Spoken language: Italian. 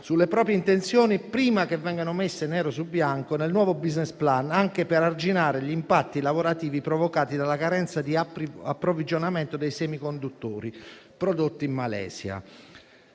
sulle proprie intenzioni prima che vengano messe nero su bianco nel nuovo *business plan*, anche per arginare gli impatti lavorativi provocati dalla carenza di approvvigionamento dei semiconduttori prodotti in Malesia.